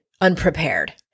unprepared